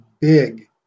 big